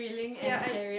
yea I